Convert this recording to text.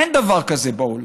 אין דבר כזה בעולם.